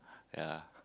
ya